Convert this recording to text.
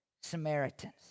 Samaritans